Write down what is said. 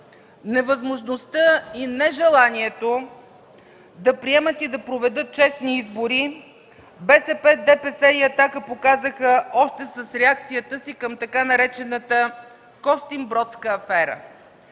Невъзможността и нежеланието да приемат и да проведат честни избори БСП, ДПС и „Атака” показаха още с реакциите си към т. нар. „Костинбродска афера“.